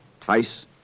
Twice